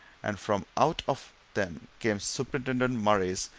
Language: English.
and from out of them came superintendent murray's,